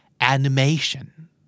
Animation